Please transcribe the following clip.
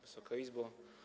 Wysoka Izbo!